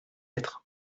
être